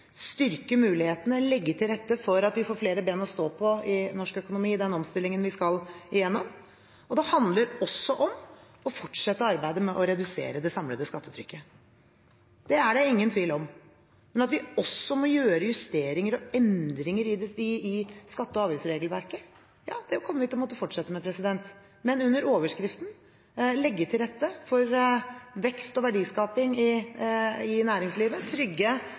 styrke mulighetene, legge til rette for at vi får flere ben å stå på i norsk økonomi i den omstillingen vi skal igjennom. Det handler også om å fortsette arbeidet med å redusere det samlede skattetrykket, det er det ingen tvil om. Å gjøre justeringer og endringer i skatte- og avgiftsregelverket kommer vi til å måtte fortsette med, men under overskriften: legge til rette for vekst og verdiskaping i næringslivet, trygge